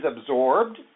absorbed